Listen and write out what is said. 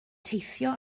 teithio